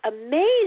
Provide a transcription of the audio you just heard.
amazing